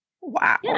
Wow